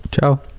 Ciao